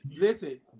listen